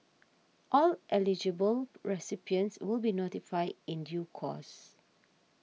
all eligible recipients will be notified in due course